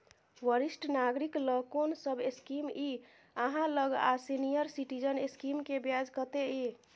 वरिष्ठ नागरिक ल कोन सब स्कीम इ आहाँ लग आ सीनियर सिटीजन स्कीम के ब्याज कत्ते इ?